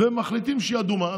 הם מחליטים שהיא אדומה,